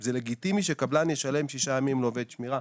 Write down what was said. שזה לגיטימי שקבלן ישלם שישה ימים לעובד שמירה.